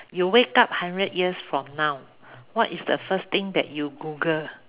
you wake up hundred years from now what is the first thing that you Google